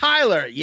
Tyler